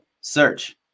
search